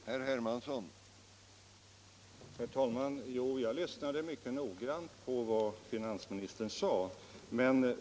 Herr talman! Jag lyssnade mycket noggrant på vad finansministern sade.